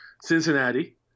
Cincinnati